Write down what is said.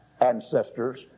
ancestors